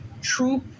true